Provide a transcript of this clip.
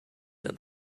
and